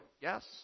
yes